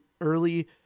early